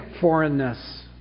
foreignness